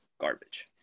garbage